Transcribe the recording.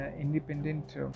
independent